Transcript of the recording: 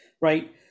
right